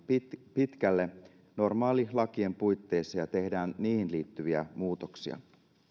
pitkälle normaalilakien puitteissa ja tehdään niihin liittyviä muutoksia